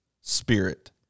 spirit